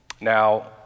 Now